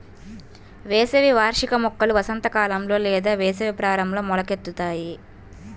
వేసవి వార్షిక మొక్కలు వసంతకాలంలో లేదా వేసవి ప్రారంభంలో మొలకెత్తుతాయి